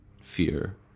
fear